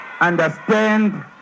understand